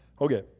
Okay